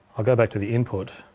i'll go back to the input.